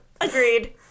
Agreed